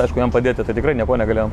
aišku jam padėti tai tikrai niekuo negalėjom